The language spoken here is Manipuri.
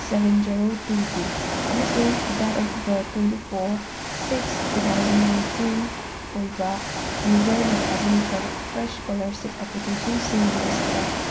ꯁꯚꯦꯟ ꯖꯦꯔꯣ ꯇꯨ ꯇꯨ ꯑꯃꯁꯨꯡ date of birth twenty four six two thousand nineteen ꯑꯣꯏꯕ ꯌꯨꯖꯔꯅ ꯊꯥꯖꯤꯟꯈ꯭ꯔꯕ ꯐ꯭ꯔꯦꯁ ꯁ꯭ꯀꯣꯂꯔꯁꯤꯞꯀꯤ ꯑꯦꯄ꯭ꯂꯤꯀꯦꯁꯟꯁꯤꯡ ꯂꯤꯁ ꯇꯧ